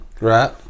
Right